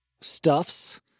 stuffs